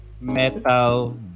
metal